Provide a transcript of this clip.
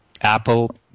Apple